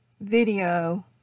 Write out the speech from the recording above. video